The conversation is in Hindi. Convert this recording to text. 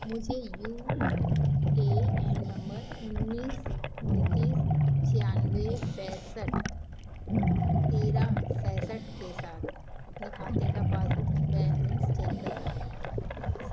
मुझे यू ए एन नम्बर एक नौ दो नौ नौ छः छः पाँच एक तीन छः छः के साथ अपने खाते का पासबुक बैलेन्स चेक करना है